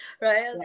Right